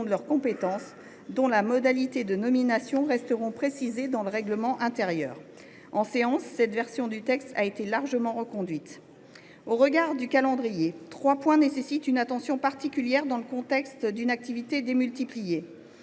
de leurs compétences, dont les modalités de nomination resteront précisées dans le règlement intérieur. En séance, cette version du texte a été largement reconduite. Au regard du calendrier, trois points nécessitent une attention particulière dans le contexte d’une activité démultipliée